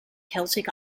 celtic